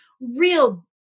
real